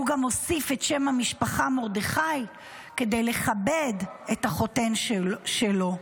הוא גם הוסיף את שם המשפחה מרדכי כדי לכבד את החותן שלו.